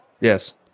Yes